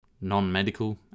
non-medical